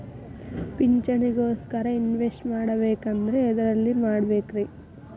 ಪಿಂಚಣಿ ಗೋಸ್ಕರ ಇನ್ವೆಸ್ಟ್ ಮಾಡಬೇಕಂದ್ರ ಎದರಲ್ಲಿ ಮಾಡ್ಬೇಕ್ರಿ?